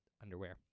underwear